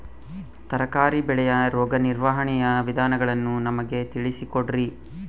ತರಕಾರಿ ಬೆಳೆಯ ರೋಗ ನಿರ್ವಹಣೆಯ ವಿಧಾನಗಳನ್ನು ನಮಗೆ ತಿಳಿಸಿ ಕೊಡ್ರಿ?